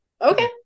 okay